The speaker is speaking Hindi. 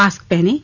मास्क पहनें